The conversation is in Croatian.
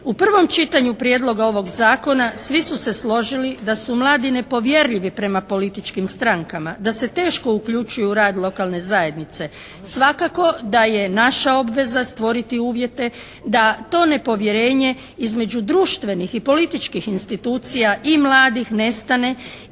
U prvom čitanju Prijedloga ovog Zakona svi su se složili da su mladi nepovjerljivi prema političkim strankama, da se teško uključuju u rad lokalne zajednice. Svakako da je naša obveza stvoriti uvjete da to nepovjerenje između društvenih i političkih institucija i mladih nestane